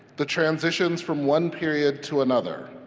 the transitions from one period to another.